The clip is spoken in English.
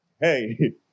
hey